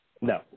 No